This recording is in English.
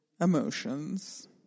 emotions